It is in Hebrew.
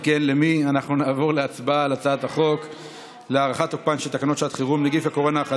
אנחנו עוברים להסתייגות 48, של קבוצת ימינה.